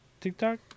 TikTok